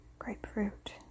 Grapefruit